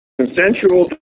consensual